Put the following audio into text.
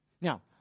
Now